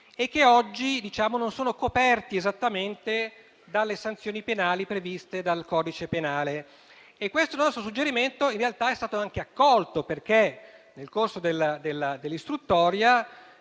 e che oggi non sono esattamente coperti dalle sanzioni previste dal codice penale. Questo nostro suggerimento, in realtà, è stato accolto, perché, nel corso dell'istruttoria